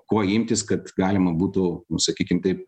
ko imtis kad galima būtų nu sakykim taip